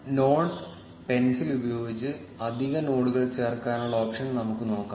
node pencil ഉപയോഗിച്ച് അധിക നോഡുകൾ ചേർക്കാനുള്ള ഓപ്ഷൻ നമുക്ക് നോക്കാം